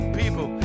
people